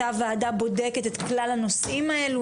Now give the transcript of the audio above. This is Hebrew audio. אותה וועדה בודקת את כלל הנושאים האלה,